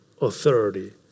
authority